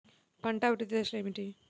పంట అభివృద్ధి దశలు ఏమిటి?